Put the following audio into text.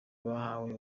bahawe